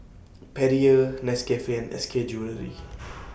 Perrier Nescafe and S K Jewellery